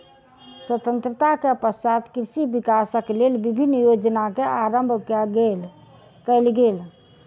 स्वतंत्रता के पश्चात कृषि विकासक लेल विभिन्न योजना के आरम्भ कयल गेल